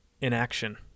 inaction